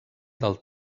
del